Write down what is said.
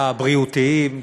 הבריאותיים,